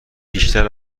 بیشتر